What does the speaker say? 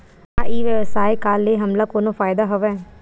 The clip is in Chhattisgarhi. का ई व्यवसाय का ले हमला कोनो फ़ायदा हवय?